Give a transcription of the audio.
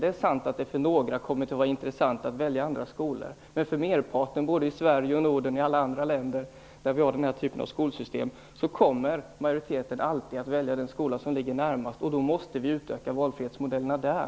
Det är sant att det för några människor kommer att vara intressant att välja andra skolor. Men för merparten i Sverige, i Norden och i alla andra länder som har denna typ av skolsystem kommer majoriteten alltid att välja den skola som ligger närmast. Då måste man utöka valfrihetsmodellerna där.